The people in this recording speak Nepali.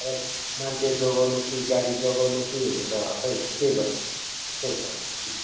खै मान्छे जोगाउनु कि गाडी जोगाउनु कि हुन्छ खै के गर्नु त्यस्तै छ